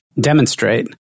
demonstrate